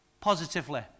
positively